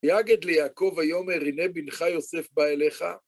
יגד ליעקב ויאמר הנה בנך יוסף בא אליך.